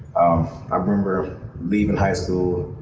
i remember leaving high school,